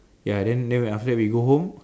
ya then then we after that we go home